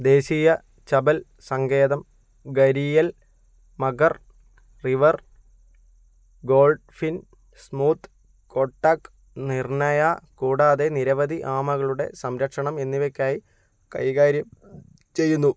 ദേശീയ ചാംബൽ സങ്കേതം gharial mugger river dolphin smooth coated നിർണയ കൂടാതെ നിരവധി ആമകളുടെ സംരക്ഷണം എന്നിവയ്ക്കായി കൈകാര്യം ചെയ്യുന്നു